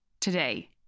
today